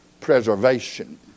preservation